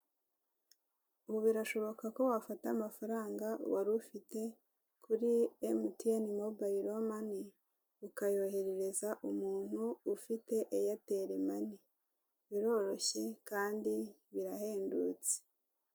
Ubu birashoboka ko wafata amafaranga wari ufite kuri MTN Mobile Money, ukayoherereza umuntu ufite Airtel Money, biroroshye kandi birahendutse.